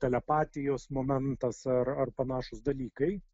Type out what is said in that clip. telepatijos momentas ar ar panašūs dalykai